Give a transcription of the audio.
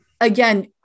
again